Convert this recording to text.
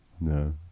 No